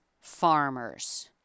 farmers